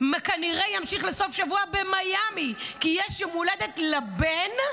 כנראה ימשיך לסופשבוע במיאמי כי יש יום הולדת לבן,